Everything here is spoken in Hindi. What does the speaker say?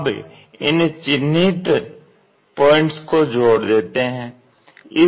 अब इन चिन्हित पॉइंट्स को जोड़ देते हैं